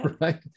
right